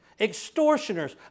extortioners